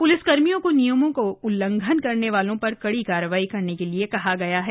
police कर्मियों को नियमों का उल्लंघन करने वालों पर कार्रवाई करने के लिए कहा गया है